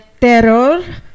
terror